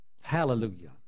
Hallelujah